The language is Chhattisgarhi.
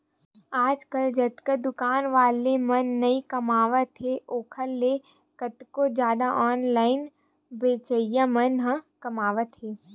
आजकल जतका दुकान वाला मन नइ कमावत हे ओखर ले कतको जादा ऑनलाइन बेचइया ह कमावत हें